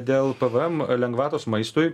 dėl pvm lengvatos maistui